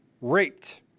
raped